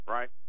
Right